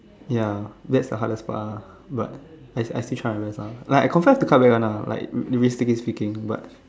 ya that's the hardest part ah but I I still try my best ah like I confirm have to cut back [one] lah like realistically speaking but